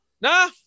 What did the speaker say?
Nah